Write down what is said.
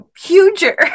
huger